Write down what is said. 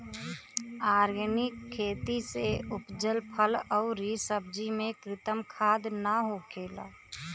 organic खेती से उपजल फल अउरी सब्जी में कृत्रिम खाद ना होखेला